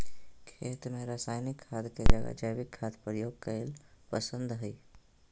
खेत में रासायनिक खाद के जगह जैविक खाद प्रयोग कईल पसंद हई